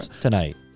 tonight